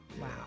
Wow